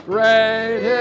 Great